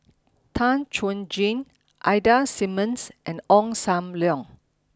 Tan Chuan Jin Ida Simmons and Ong Sam Leong